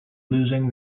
losing